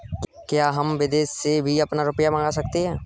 क्या हम विदेश से भी अपना रुपया मंगा सकते हैं?